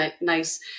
nice